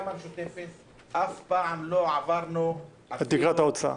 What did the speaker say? הרשימה המשותפת עצמה אף פעם לא עברנו את תקרת ההוצאה,